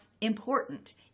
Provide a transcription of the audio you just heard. important